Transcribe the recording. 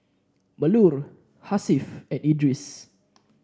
Melur Hasif and Idris